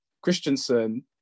Christensen